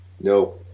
No